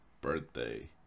birthday